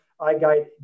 iGUIDE